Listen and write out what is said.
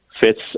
fits